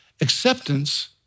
Acceptance